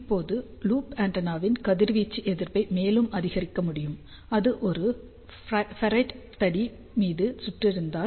இப்போது லூப் ஆண்டெனாவின் கதிர்வீச்சு எதிர்ப்பை மேலும் அதிகரிக்க முடியும் அது ஒரு ஃபெரைட் தடி மீது சுற்றுருந்தால்